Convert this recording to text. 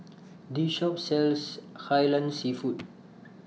This Shop sells Kai Lan Seafood